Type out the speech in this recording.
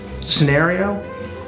scenario